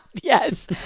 Yes